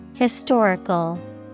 Historical